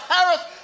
Harris